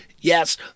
yes